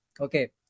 Okay